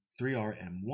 3RM1